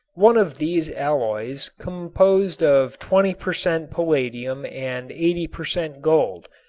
one of these alloys, composed of twenty per cent. palladium and eighty per cent. gold,